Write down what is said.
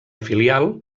filial